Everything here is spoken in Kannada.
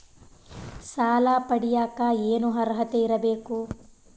ಸಾಲ ಪಡಿಯಕ ಏನು ಅರ್ಹತೆ ಇರಬೇಕು?